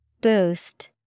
Boost